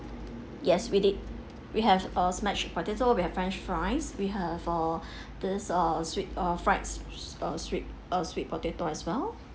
yes we did we have a mash potato we have french fries we have uh this uh sweet uh fried uh stripped uh sweet potato as well